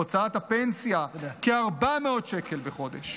הוצאת הפנסיה, כ-400 שקל בחודש.